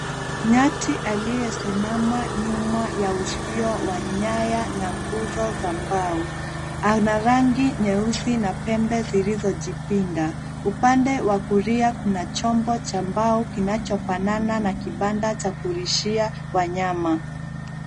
Nyati aliyesimama nyuma ya usio wa nyaya na nguzo za mbao. Ana rangi nyeusi na pembe zilizojipinda. Upande wa kuria kuna chombo cha mbao kinachofanana na kibanda cha kulishia wanyama.